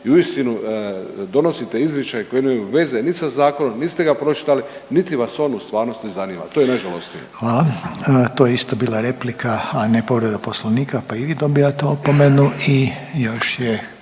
i uistinu donosite izričaj koji nema veze nit sa zakonom, nit ste ga pročitali, niti vas on u stvarnosti zanima. To je najžalosnije. **Reiner, Željko (HDZ)** Hvala. To je isto bila replika, a ne povreda Poslovnika pa i vi dobivate opomenu. I još je